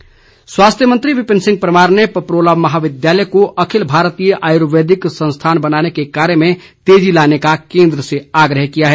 परमार स्वास्थ्य मंत्री विपिन परमार ने पपरोला महाविद्यालय को अखिल भारतीय आयुर्वेदिक संस्थान बनाने के कार्य में तेजी लाने का केंद्र से आग्रह किया है